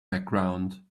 background